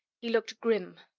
he looked grim,